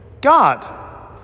God